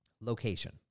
location